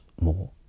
more